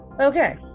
Okay